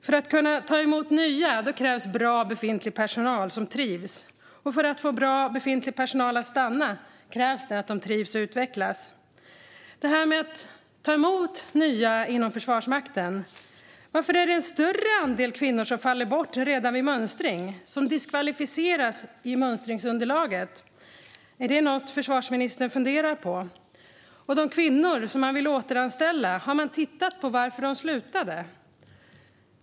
För att kunna ta emot nya krävs bra befintlig personal som trivs. Och för att få bra befintlig personal att stanna krävs att de trivs och utvecklas. När det gäller det här med att ta emot nya inom Försvarsmakten, varför är det en större andel kvinnor som faller bort redan vid mönstring och som diskvalificeras i mönstringsunderlaget? Är det något som försvarsministern funderar på? När det gäller de kvinnor som man vill återanställa, har man tittat på varför de slutade?